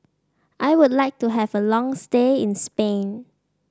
I would like to have a long stay in Spain